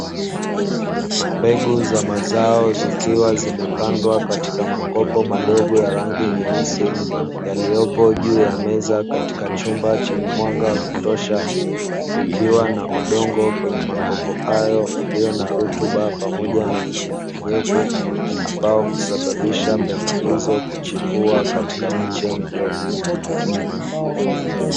Mbegu za mazao zikiwa zimepandwa katika makopo madogo ya rangi nyeusi, yaliyopo juu ya meza katika chumba chenye mwanga wa kutosha kukiwa na udongo kwenye makopo hayo, ulio na rutba pamoja na unyevuunyevu ambao husababisha mbegu hizo kuchipua katika miche midogo.